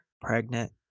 pregnant